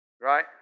right